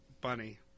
bunny